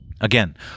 Again